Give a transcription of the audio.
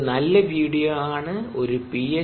ഇതൊരു നല്ല വീഡിയോ ആണ് ഒരു പി